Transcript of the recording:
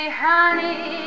honey